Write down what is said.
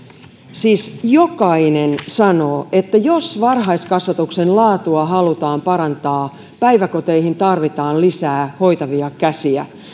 siis jokainen sanoo että jos varhaiskasvatuksen laatua halutaan parantaa päiväkoteihin tarvitaan lisää hoitavia käsiä